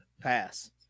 pass